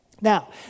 Now